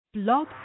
Blog